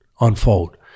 unfold